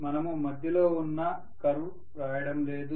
మనము మధ్యలో ఉన్న కర్వ్స్ రాయడం లేదు